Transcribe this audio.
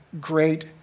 great